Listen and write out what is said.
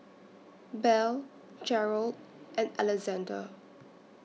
Belle Jerald and Alexander